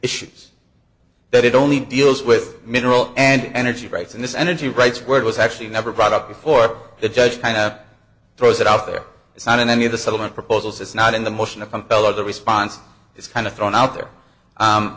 issues that it only deals with mineral and energy rights and this energy rights word was actually never brought up before the judge kind of throws it out there it's not in any of the settlement proposals it's not in the motion to compel or the response is kind of thrown out there